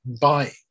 buying